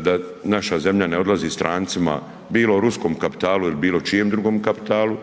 da naša zemlja ne odlazi strancima, bilo ruskom kapitalu il bilo čijem drugom kapitalu.